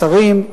השרים,